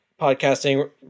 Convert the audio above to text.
podcasting